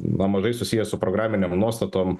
na mažai susiję su programinėm nuostatom